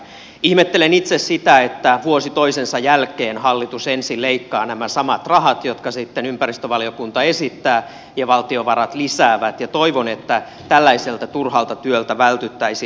ihmettelen itse sitä että vuosi toisensa jälkeen hallitus ensin leikkaa nämä samat rahat jotka sitten ympäristövaliokunta esittää ja valtiovarat lisää ja toivon että tällaiselta turhalta työltä vältyttäisiin